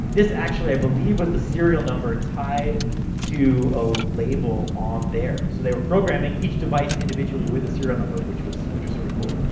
this, actually, i believe, was the serial number tied to a label on there. so, they were programming each device individually with a serial number. which was sorta cool.